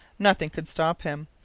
nothing could stop him.